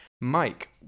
Mike